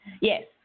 Yes